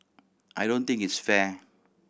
I don't think it's fair